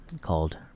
called